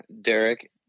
Derek